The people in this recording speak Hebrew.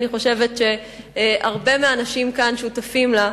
שאני חושבת שהרבה מהאנשים כאן שותפים לה.